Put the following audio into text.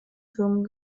firmen